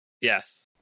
Yes